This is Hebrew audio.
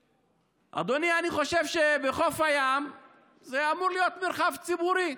אדוני, אני חושב שחוף הים אמור להיות מרחב ציבורי.